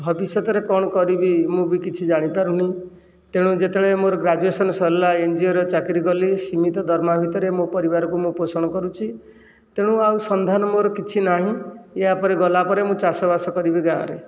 ଭବିଷ୍ୟତରେ କଣ କରିବି ମୁଁ ବି କିଛି ଜାଣି ପାରୁନି ତେଣୁ ଯେତେବେଳେ ମୋ'ର ଗ୍ରାଜୁଏସନ ସରିଲା ଏନଜିଓରେ ଚାକିରୀ କଲି ସୀମିତ ଦରମା ଭିତରେ ମୋ' ପରିବାରକୁ ମୁଁ ପୋଷଣ କରୁଛି ତେଣୁ ଆଉ ସନ୍ଧାନ ମୋ'ର କିଛି ନାହିଁ ୟା'ପରେ ଗଲାପରେ ମୁଁ ଚାଷ ବାସ କରିବି ଗାଁରେ